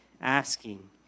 asking